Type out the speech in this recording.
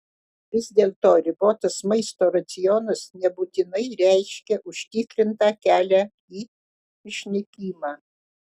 vis dėlto ribotas maisto racionas nebūtinai reiškia užtikrintą kelią į išnykimą